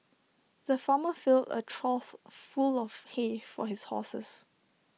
the farmer filled A trough full of hay for his horses